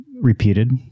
repeated